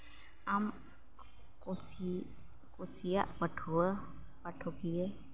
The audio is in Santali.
ᱟᱢ ᱠᱩᱥᱤ ᱠᱩᱥᱤᱭᱟᱜ ᱯᱟᱹᱴᱷᱩᱣᱟᱹ ᱯᱟᱴᱷᱚᱠᱤᱭᱟᱹ